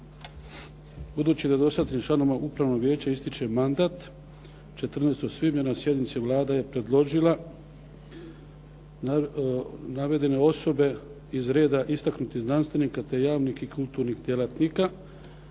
Budući da dosadašnjim članovima upravnog vijeća ističe mandat 14. svibnja na sjednici Vlada je predložila navedene osobe iz reda istaknutih znanstvenika te javnih i kulturnih djelatnika